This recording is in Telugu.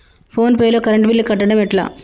ఫోన్ పే లో కరెంట్ బిల్ కట్టడం ఎట్లా?